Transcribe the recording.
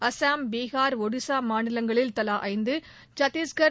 அசாம் பீகார் ஒடிசா மாநிலங்களில் தவா ஐந்து சத்தீஷ்கர்